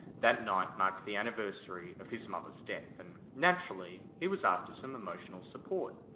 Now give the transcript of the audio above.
that night marked the anniversary of his mother's death and, naturally he was after some emotional support.